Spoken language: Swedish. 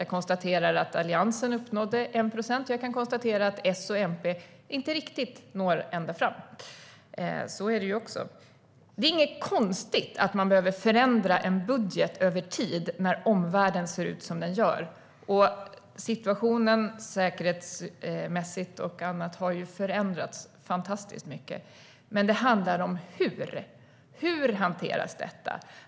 Jag konstaterar att Alliansen uppnådde 1 procent, och jag kan konstatera att S och MP inte riktigt når ända fram. Det är inget konstigt att man behöver förändra en budget över tid när omvärlden ser ut som den gör. Situationen säkerhetsmässigt och annat har ju förändrats fantastiskt mycket. Men det handlar om hur detta hanteras.